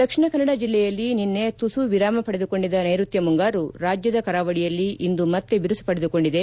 ದಕ್ಷಿಣ ಕನ್ನಡ ಜಿಲ್ಲೆಯಲ್ಲಿ ನಿನ್ನೆ ತುಸು ವಿರಾಮ ಪಡೆದು ಕೊಂಡಿದ್ದ ನೈರುತ್ಯ ಮುಂಗಾರು ರಾಜ್ಯದ ಕರಾವಳಿಯಲ್ಲಿ ಇಂದು ಮತ್ತೆ ಬಿರುಸು ಪಡೆದು ಕೊಂಡಿದೆ